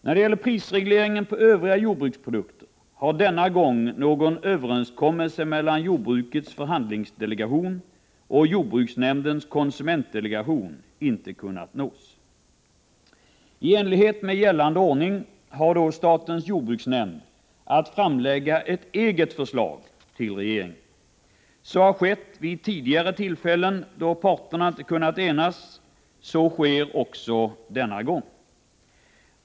När det gäller prisregleringen på övriga jordbruksprodukter har denna gång någon överenskommelse mellan jordbrukets förhandlingsdelegation och jordbruksnämndens konsumentdelegation inte kunnat nås. I enlighet med gällande ordning har då statens jordbruksnämnd att framlägga ett eget förslag till regeringen. Så har skett vid tidigare tillfällen då parterna inte kunnat enas. Så sker också denna gång.